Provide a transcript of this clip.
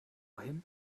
him